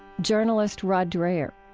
journalist rod dreher